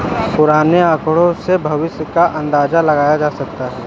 पुराने आकड़ों से भविष्य का अंदाजा लगाया जा सकता है